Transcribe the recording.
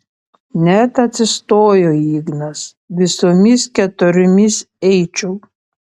net atsistojo ignas visomis keturiomis eičiau